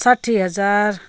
साठी हजार